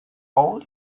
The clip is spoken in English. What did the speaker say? all